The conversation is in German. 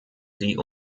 sie